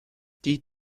die